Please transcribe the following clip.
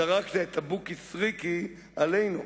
זרקת את הבוקי סריקי עלינו,